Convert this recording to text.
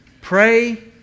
Pray